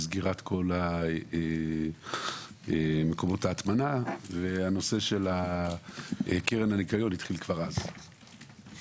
ב-2003, 2004. התוצאה בסוף,